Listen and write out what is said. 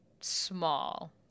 small